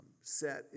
set